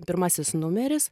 pirmasis numeris